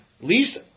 least